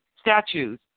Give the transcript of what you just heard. statues